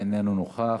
אינו נוכח.